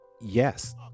yes